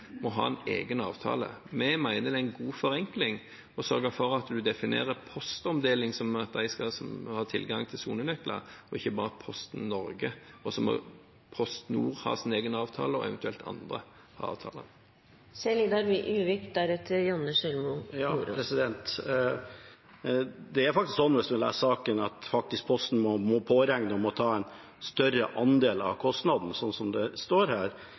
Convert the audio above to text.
må ha en egen avtale. Vi mener det er en god forenkling å sørge for at en definerer «postomdeling» som at en skal ha tilgang til sonenøkler, og at ikke bare Posten Norge skal ha det, og så må PostNord og eventuelt andre ha sine egne avtaler. Det er faktisk slik – hvis man leser saken – at Posten må påregne å måtte ta en større andel av kostnaden, slik det står her.